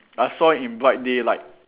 I saw in bright daylight